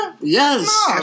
Yes